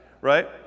right